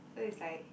so it's like